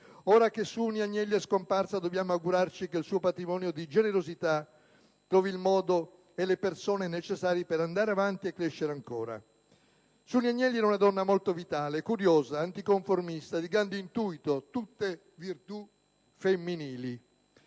Ora che Suni Agnelli è scomparsa, dobbiamo augurarci che il suo patrimonio di generosità trovi il modo e le persone necessari per andare avanti e crescere ancora. Suni Agnelli era una donna molto vitale, curiosa, anticonformista, di grande intuito: tutte virtù femminili.